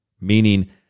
Meaning